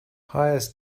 hires